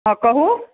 हँ कहु